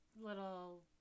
little